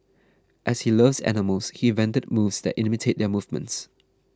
as he loves animals he invented moves that imitate their movements